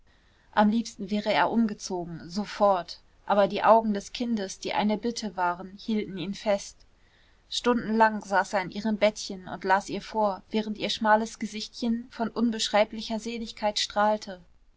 am liebsten wäre er umgezogen sofort aber die augen des kindes die eine bitte waren hielten ihn fest stundenlang saß er an ihrem bettchen und las ihr vor während ihr schmales gesichtchen von unbeschreiblicher seligkeit strahlte